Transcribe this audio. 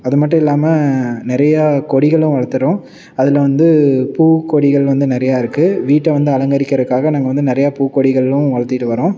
அது மட்டும் இல்லாமல் நிறையா கொடிகளும் வளர்த்துறோம் அதில் வந்து பூ கொடிகள் வந்து நிறைய இருக்குது வீட்டை வந்து அலங்கரிக்கிறக்காக நாங்கள் வந்து நிறைய பூ கொடிகளும் வளர்த்திட்டு வரோம்